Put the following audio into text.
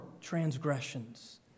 transgressions